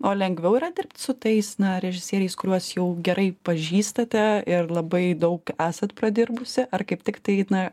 o lengviau yra dirbt su tais na režisieriais kuriuos jau gerai pažįstate ir labai daug esat pradirbusi ar kaip tik tai na